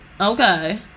Okay